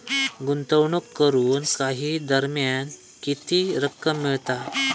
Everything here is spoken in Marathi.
गुंतवणूक करून काही दरम्यान किती रक्कम मिळता?